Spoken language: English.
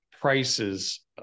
prices